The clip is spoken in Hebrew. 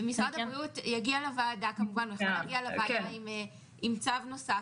משרד הבריאות יגיע לוועדה עם צו נוסף,